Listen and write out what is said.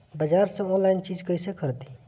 बाजार से आनलाइन चीज कैसे खरीदी?